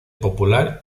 popular